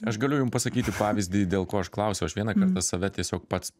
aš galiu jum pasakyti pavyzdį dėl ko aš klausiu aš vieną kartą save tiesiog pats